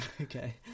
Okay